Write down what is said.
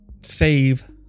save